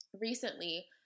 Recently